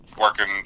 working